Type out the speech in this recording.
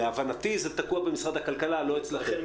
להבנתי, זה תקוע במשרד הכלכלה, לא אצלכם.